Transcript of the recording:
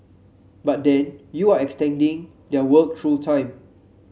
but then you're extending their work through time